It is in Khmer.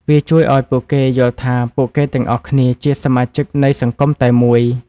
វាជួយឱ្យពួកគេយល់ថាពួកគេទាំងអស់គ្នាជាសមាជិកនៃសង្គមតែមួយ។